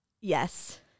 Yes